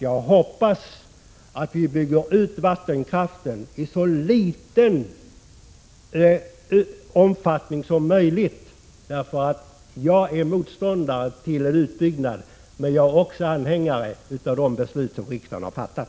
Jag hoppas att vi bygger ut vattenkraften i så liten omfattning som möjligt, eftersom jag är motståndare till utbyggnad. Men jag är också anhängare av de beslut som riksdagen har fattat.